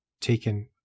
taken